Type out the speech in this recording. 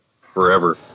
forever